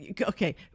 Okay